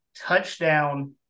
touchdown